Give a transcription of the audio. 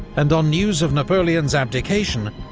and on news of napoleon's abdication,